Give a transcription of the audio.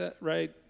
right